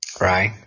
right